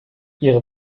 ihre